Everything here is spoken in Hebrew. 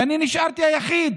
ואני נשארתי היחיד